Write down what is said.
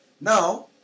Now